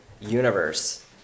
universe